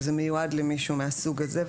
שזה מיועד למישהו מהסוג הזה,